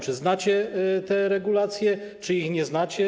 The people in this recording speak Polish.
Czy znacie te regulacje, czy ich nie znacie?